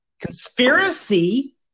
conspiracy